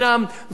ודאי.